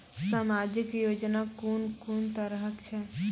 समाजिक योजना कून कून तरहक छै?